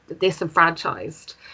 disenfranchised